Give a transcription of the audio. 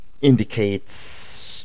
indicates